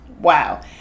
wow